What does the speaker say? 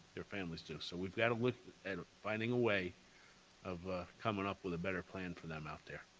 their families do, so we've got to look at finding a way of coming up with a better plan for them out there.